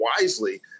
wisely